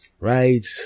Right